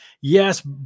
Yes